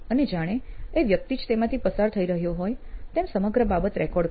અને જાણે એ વ્યક્તિ જ તેમાંથી પસાર થઇ રહ્યો હોય તેમ સમગ્ર બાબત રેકોર્ડ કરી